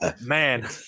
Man